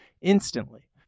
instantly